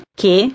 que